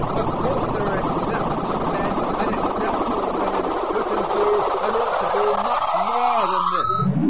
of course there are exceptional men and exceptional women who can do and ought to do much more than this,